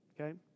okay